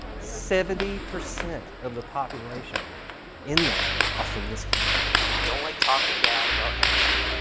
seventy percent of the population in there are from this county. i don't like talking bad about ashland,